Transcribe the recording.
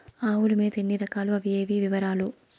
ఆవుల మేత ఎన్ని రకాలు? అవి ఏవి? వివరాలు?